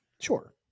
Sure